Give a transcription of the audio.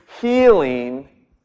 healing